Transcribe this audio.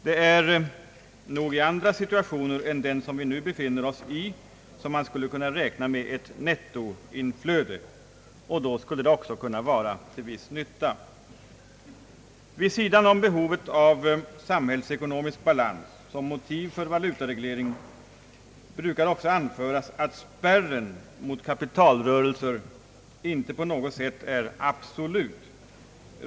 Det är nog i andra situationer än den, som vi nu befinner oss i, som man skulle kunna räkna med ett nettoinflöde, som då också skulle kunna vara till viss nytta. Vid sidan om behovet av samhällsekonomisk balans som motiv för valutaregleringen brukar också anföras, att spärren mot kapitalrörelser inte på något sätt är absolut.